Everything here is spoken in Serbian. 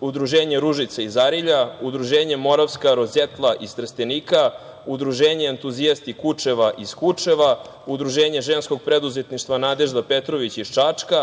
Udruženje „Ružica“ iz Arilja, Udruženja „Moravska rozetla“ iz Trstenika, Udruženje „Entuzijasti Kučeva“ iz Kučeva, Udruženje ženskog preduzetništva „Nadežda Petrović“ iz Čačka,